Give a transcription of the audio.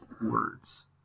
words